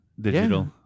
digital